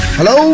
Hello